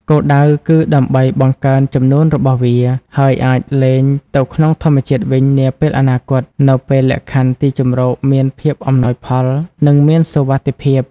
គោលដៅគឺដើម្បីបង្កើនចំនួនរបស់វា ហើយអាចលែងទៅក្នុងធម្មជាតិវិញនាពេលអនាគត នៅពេលលក្ខខណ្ឌទីជម្រកមានភាពអំណោយផល និងមានសុវត្ថិភាព។